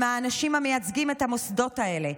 הם האנשים המייצגים את המוסדות האלה.